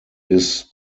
ist